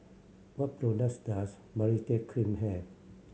what products does Baritex Cream have